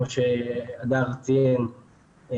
כמו שהדר ציין,